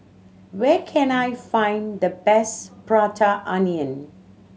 where can I find the best Prata Onion